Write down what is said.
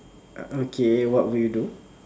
uh okay what would you do